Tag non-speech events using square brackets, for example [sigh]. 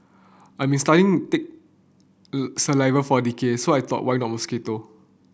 I've been studying tick [hesitation] saliva for a decade so I thought why not mosquito